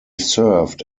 served